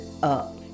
up